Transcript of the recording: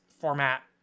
format